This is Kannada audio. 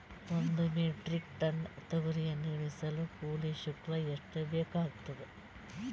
ಒಂದು ಮೆಟ್ರಿಕ್ ಟನ್ ತೊಗರಿಯನ್ನು ಇಳಿಸಲು ಕೂಲಿ ಶುಲ್ಕ ಎಷ್ಟು ಬೇಕಾಗತದಾ?